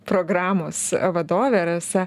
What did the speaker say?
programos vadovė rasa